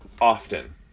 often